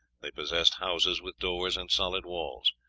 they possessed houses with doors and solid walls.